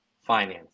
finance